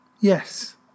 Yes